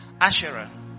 Asherah